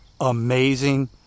amazing